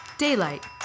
Daylight